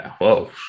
whoa